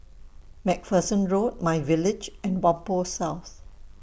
MacPherson Road MyVillage and Whampoa South